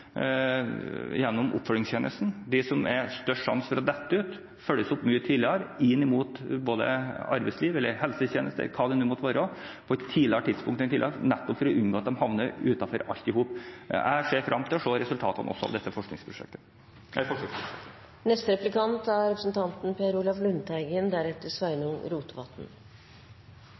gjennom oppfølgingstjenesten følger opp mye tidligere dem som det er størst sjanse for at detter ut, og hjelper dem inn mot arbeidsliv, helsetjeneste eller hva det nå måtte være, på et tidligere tidspunkt enn før, nettopp for å unngå at de havner utenfor alt sammen. Jeg ser frem til å se resultatene av dette forsøksprosjektet. Statsråden sa at vi måtte ruste Norge for framtida, og det er